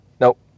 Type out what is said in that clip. Nope